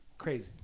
Crazy